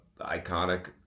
iconic